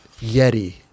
Yeti